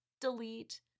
delete